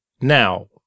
now